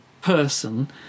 person